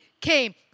came